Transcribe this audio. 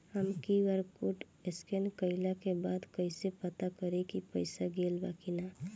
हम QR code scan कइला के बाद कइसे पता करि की पईसा गेल बा की न?